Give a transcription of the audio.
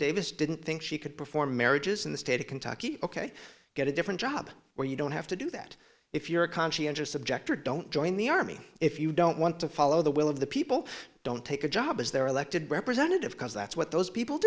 davis didn't think she could perform marriages in the state of kentucky ok get a different job where you don't have to do that if you're a conscientious objector don't join the army if you don't want to follow the will of the people don't take a job as their elected representative cuz that's what those people